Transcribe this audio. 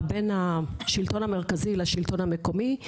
בין השלטון המרכזי לבין השלטון המקומי.